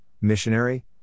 missionary